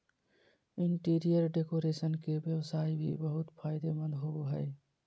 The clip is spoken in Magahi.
इंटीरियर डेकोरेशन के व्यवसाय भी बहुत फायदेमंद होबो हइ